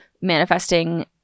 manifesting